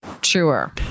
truer